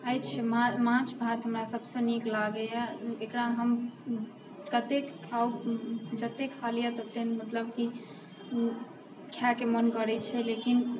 अछि माछ भात हमरा सबसे नीक लागैया एकरा हम कते खाउ जते खा लिअ तते मतलब की खाय के मोन करै छै लेकिन